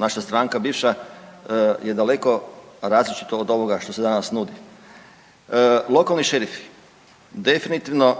naša stranka bivša je daleko različita od ovoga što se danas nudi. Lokalni šerifi definitivno